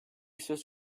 söz